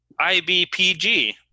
IBPG